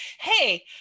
hey